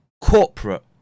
corporate